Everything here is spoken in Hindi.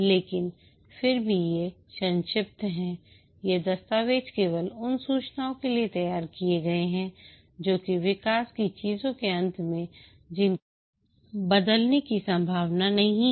लेकिन फिर भी ये संक्षिप्त हैं ये दस्तावेज़ केवल उन सूचनाओं के लिए तैयार किए गए हैं जो कि विकास की चीज़ों के अंत में जिनके बदलने की संभावना नहीं है नहीं है